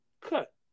cut